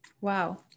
Wow